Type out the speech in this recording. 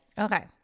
Okay